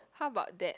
how about that